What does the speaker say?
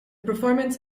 performance